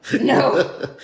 No